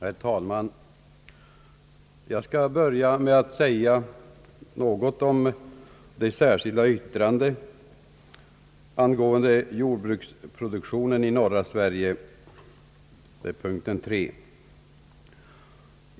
Herr talman! Jag skall inledningsvis ta upp det särskilda yttrandet nr 3, som berör jordbruksproduktionen i norra Sverige.